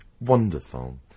wonderful